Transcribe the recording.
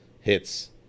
hits